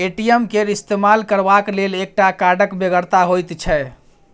ATM केर इस्तेमाल करबाक लेल एकटा कार्डक बेगरता होइत छै